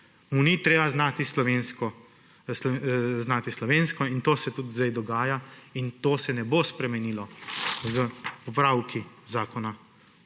ni treba znati slovensko in to se tudi zdaj dogaja in to se ne bo spremenilo s popravki Zakona